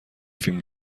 فیلم